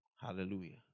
Hallelujah